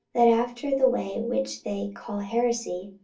that after the way which they call heresy,